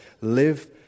live